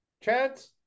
Chance